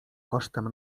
kosztem